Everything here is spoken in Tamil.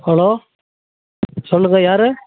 ஹலோ சொல்லுங்க யாரு